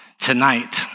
tonight